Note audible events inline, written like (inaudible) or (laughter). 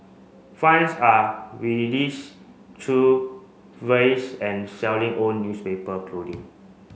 funds are release through (unintelligible) and selling own newspaper clothing